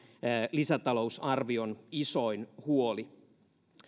lisätalousarvion isoin huoli